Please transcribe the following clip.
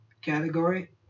category